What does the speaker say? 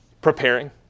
Preparing